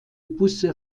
busse